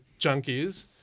junkies